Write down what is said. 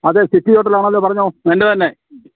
അതെ സിറ്റി ഹോട്ടലാണല്ലോ പറഞ്ഞോ നിൻ്റെ തന്നെ